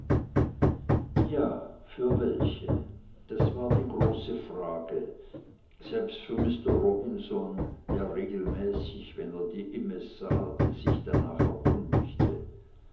ja für welche das war die große frage selbst für mister robinson der regelmäßig wenn er die immes sah sich danach erkundigte